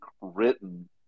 written